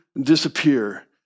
disappear